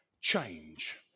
change